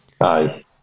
aye